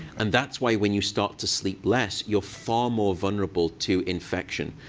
and that's why when you start to sleep less, you're far more vulnerable to infection.